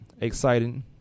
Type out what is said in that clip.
Exciting